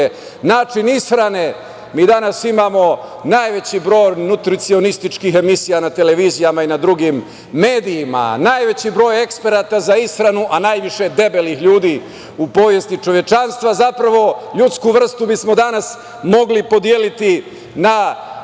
način ishrane, jer mi danas imamo najveći broj nutricionističkih emisija na televizijama i na drugim medijima, najveći broj eksperata za ishranu, a najviše debelih ljudi, u povesti čovečanstva i ljudsku vrstu bismo danas mogli podeliti na